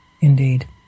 Indeed